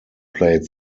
played